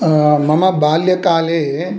मम बाल्यकाले